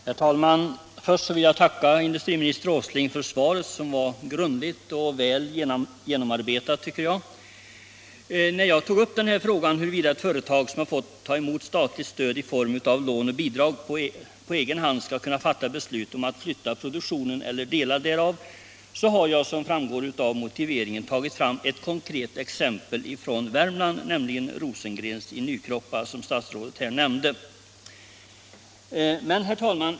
Herr talman! Först vill jag tacka industriminister Åsling för svaret, som var grundligt och väl genomarbetat. När jag tagit upp frågan huruvida ett företag som fått ta emot statligt stöd i torm av lån och bidrag på egen hand skall kunna fatta beslut om att flytta produktionen eller delar därav har jag såsom framgår av motiveringen tagit fram ett konkret exempel från Värmland, nämligen Rosengrens i Nykroppa. Herr talman!